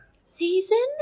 season